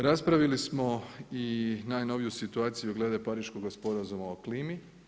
Raspravili smo i najnoviju situaciju glede Pariškoga sporazuma o klimi.